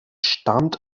stammt